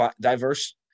diverse